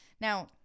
Now